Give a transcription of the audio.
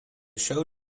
show